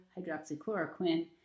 hydroxychloroquine